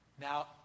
Now